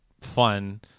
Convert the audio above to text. fun